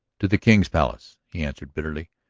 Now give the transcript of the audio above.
to the king's palace, he answered bitterly.